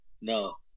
no